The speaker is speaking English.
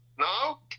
now